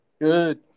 Good